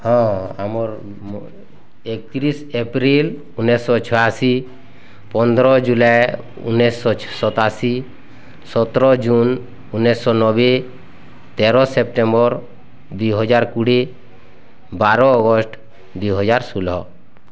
ହଁ ଆମର ଏକ୍ତିରିଶ୍ ଏପ୍ରିଲ୍ ଉଣେଇଶ ଛୟାଅଶୀ ପନ୍ଦର ଜୁଲାଇ ଉଣେଇଶ ସତାଅଶୀ ସତର ଜୁନ୍ ଉଣେଇଶହ ନବେ ତେର ସେପ୍ଟମ୍ୱର୍ ଦୁଇ ହଜାର୍ କୋଡ଼ିଏ ବାର ଅଗଷ୍ଟ ଦୁଇ ହଜାର ଷୋହଳ